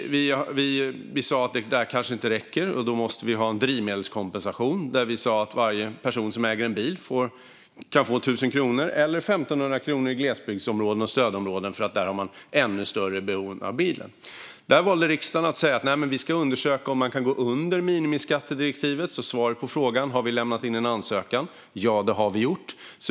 Vi sa att detta kanske inte räcker och att vi måste ha en drivmedelskompensation. Vi sa att varje person som äger en bil kan få 1 000 kronor - 1 500 kronor i glesbygdsområden och stödområden, där man har ännu större behov av bilen. Då valde riksdagen att säga: Vi ska undersöka om man kan gå under minimiskattedirektivet. Svaret på frågan om vi har lämnat in en ansökan är: Ja, det har vi gjort.